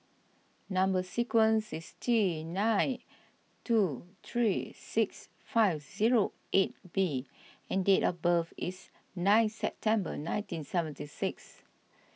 Number Sequence is T nine two three six five zero eight B and date of birth is nine September nineteen seventy six